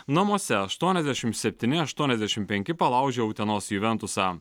namuose aštuoniasdešim septyni aštuoniasdešim penki palaužė utenos juventusą